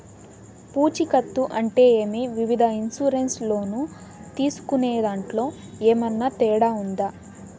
పూచికత్తు అంటే ఏమి? వివిధ ఇన్సూరెన్సు లోను తీసుకునేదాంట్లో ఏమన్నా తేడా ఉందా?